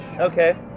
Okay